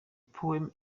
poem